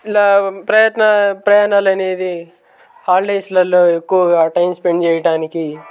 ఇలా ప్రయత్ ప్రయాణాలు అనేవి హాలిడేస్లలో ఎక్కువగా టైమ్ స్పెండ్ చేయడానికి